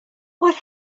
what